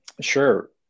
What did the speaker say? Sure